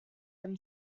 them